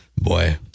Boy